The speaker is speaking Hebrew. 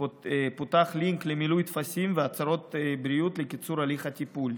ופותח לינק למילוי טפסים והצהרות בריאות לקיצור הליך הטיפול.